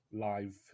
live